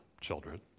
children